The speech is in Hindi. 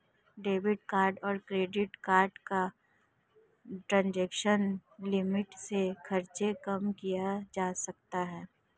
डेबिट कार्ड और क्रेडिट कार्ड का ट्रांज़ैक्शन लिमिट से खर्च कम किया जा सकता है